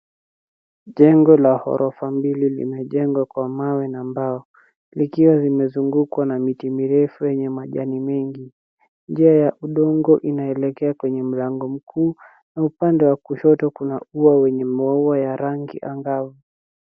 Jengo la ghorofa mbili limejengwa kwa mawe na mbao, likiwa limezungukwa na miti mirefu yenye majani mingi. Njia ya udongo inaelekea kwenye mlango mkuu, na upande wa kushoto kuna ua wenye maua ya rangi angavu.